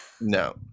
No